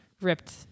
ripped